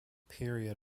period